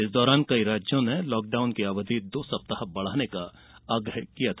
इस दौरान कई राज्यों ने लॉकडाउन की अवधि दो सप्ताह बढ़ाने का आग्रह किया था